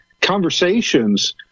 conversations